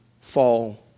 fall